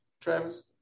Travis